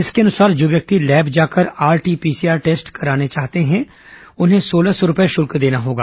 इसके अनुसार जो व्यक्ति लैब जाकर आरटीपीसीआर टेस्ट कराने चाहते हैं उन्हें सोलह सौ रूपए शुल्क देना होगा